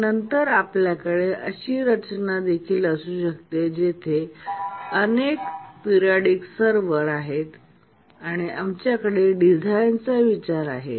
पण नंतर आपल्याकडे अशी रचना देखील असू शकते जिथे तेथे अनेक पिरियॉडिक सर्व्हर आहेत आणि आमच्याकडे डिझाइनचा विचार आहे